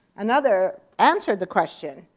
another answered the question,